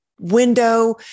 window